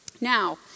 Now